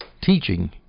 teaching